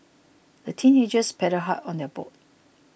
the teenagers paddled hard on their boat